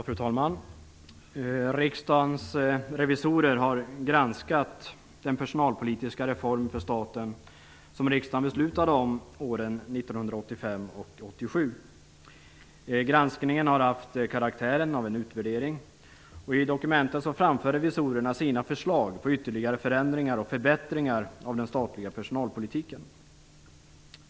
Fru talman! Riksdagens revisorer har granskat den personalpolitiska reform för staten som riksdagen beslutade om åren 1985 och 1987. Granskningen har haft karaktären av en utvärdering. I dokumenten framför revisorerna sina förslag till ytterligare förändringar och förbättringar av den statliga personalpolitiken.